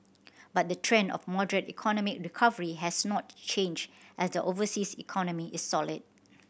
but the trend of moderate economic recovery has not changed as the overseas economy is solid